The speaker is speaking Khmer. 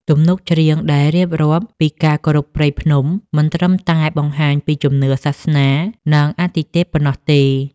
ទំនុកច្រៀងដែលរៀបរាប់ពីការគោរពព្រៃភ្នំ មិនត្រឹមតែបង្ហាញពីជំនឿលើសាសនា និងអាទិទេពប៉ុណ្ណោះទេ។